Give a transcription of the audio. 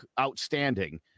outstanding